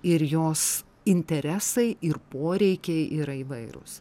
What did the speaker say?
ir jos interesai ir poreikiai yra įvairūs